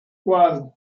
one